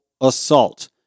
assault